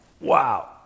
wow